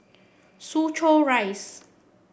Soo Chow Rise